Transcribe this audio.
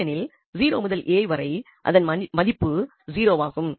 ஏனெனில் 0 முதல் a வரை அதன் மதிப்பு 0 ஆகும்